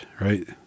right